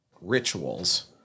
rituals